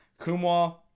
Kumwa